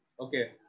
Okay